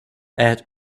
add